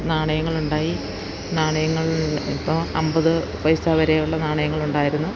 നാണയങ്ങൾ ഉണ്ടായി നാണയങ്ങൾ ഇപ്പം അൻപത് പൈസ വരെയുള്ള നാണയങ്ങൾ ഉണ്ടായിരുന്നു